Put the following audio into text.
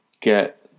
get